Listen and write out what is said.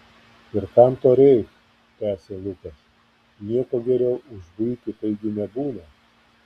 ir kam to reik tęsė lukas nieko geriau už buitį taigi nebūna